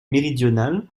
méridionale